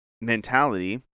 mentality